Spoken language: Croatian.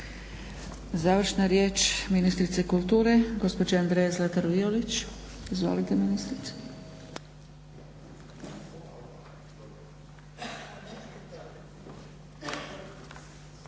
Završna riječ ministrice kulture gospođe Andre Zlatar Violić. Izvolite ministrice.